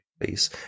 please